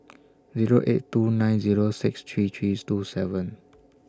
Zero eight two nine Zero six three three two seven